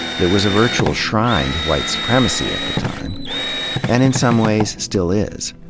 that was a virtual shrine to white supremacy at the time and, in some ways, still is.